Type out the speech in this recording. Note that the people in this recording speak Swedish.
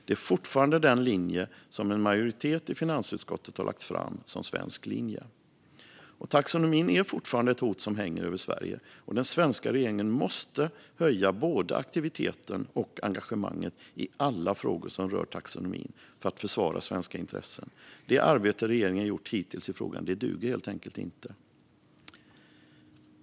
Det är fortfarande den linje som en majoritet i finansutskottet har lagt fram som svensk linje. Taxonomin är fortfarande ett hot som hänger över Sverige. Den svenska regeringen måste höja både aktiviteten och engagemanget i alla frågor som rör taxonomin för att försvara svenska intressen. Det arbete som regeringen gjort hittills i frågan duger helt enkelt inte.